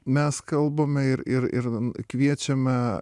mes kalbame ir ir ir kviečiame